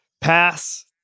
Pass